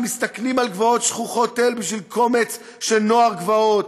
שמסתכנים על גבעות שכוחות אל בשביל קומץ של נוער גבעות,